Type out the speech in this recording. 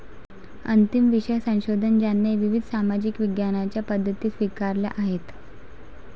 अंतिम विषय संशोधन ज्याने विविध सामाजिक विज्ञानांच्या पद्धती स्वीकारल्या आहेत